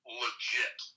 legit